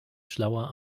schlauer